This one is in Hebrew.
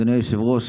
אדוני היושב-ראש,